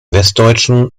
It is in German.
westdeutschen